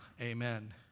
Amen